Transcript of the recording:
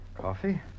Coffee